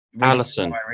Alison